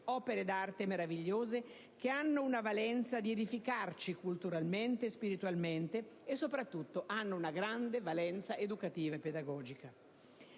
opere d'arte meravigliose, che hanno la valenza di edificarci culturalmente e spiritualmente e soprattutto hanno una grande valenza educativa e pedagogica: